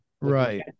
Right